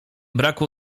braku